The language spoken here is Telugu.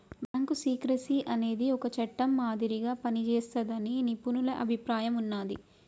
బ్యాంకు సీక్రెసీ అనేది ఒక చట్టం మాదిరిగా పనిజేస్తాదని నిపుణుల అభిప్రాయం ఉన్నాది